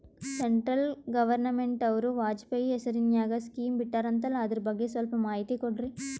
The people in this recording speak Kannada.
ಸೆಂಟ್ರಲ್ ಗವರ್ನಮೆಂಟನವರು ವಾಜಪೇಯಿ ಹೇಸಿರಿನಾಗ್ಯಾ ಸ್ಕಿಮ್ ಬಿಟ್ಟಾರಂತಲ್ಲ ಅದರ ಬಗ್ಗೆ ಸ್ವಲ್ಪ ಮಾಹಿತಿ ಕೊಡ್ರಿ?